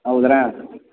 ಹೌದ್ರಾ